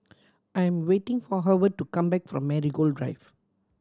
I'm waiting for Howard to come back from Marigold Drive